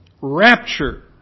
rapture